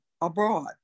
abroad